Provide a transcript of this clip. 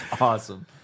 Awesome